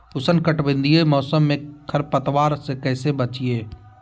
उष्णकटिबंधीय मौसम में खरपतवार से कैसे बचिये?